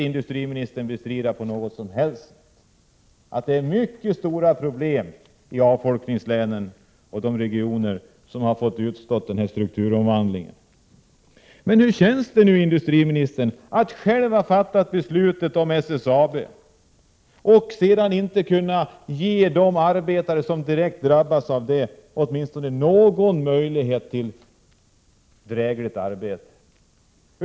Industriministern kan inte bestrida att det är mycket stora problem i avfolkningslänen och de regioner som har fått utstå denna strukturomvandling. Hur känns det nu, industriministern, att själv ha fattat beslutet om SSAB och sedan inte kunna ge de arbetare som direkt drabbas någon möjlighet till drägligt arbete?